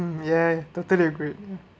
ya totally agreed